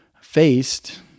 faced